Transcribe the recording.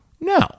No